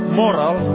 moral